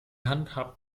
handhabt